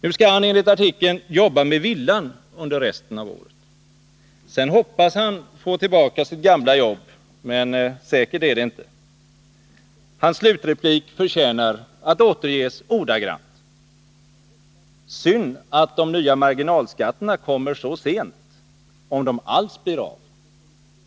Nu skall han enligt artikeln jobba med villan under resten av året. Sedan hoppas han få tillbaka sitt gamla jobb, men säkert är det inte. Hans slutreplik förtjänar att återges ordagrant: ”Synd att de nya marginalskatterna kommer så sent, om de alls blir av.